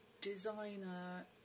designer